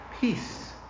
peace